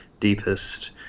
deepest